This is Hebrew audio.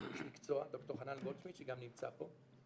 איש מקצוע, ד"ר חנן גולדשמידט שגם נמצא פה.